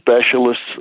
specialists